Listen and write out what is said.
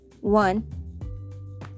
One